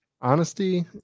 honesty